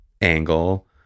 angle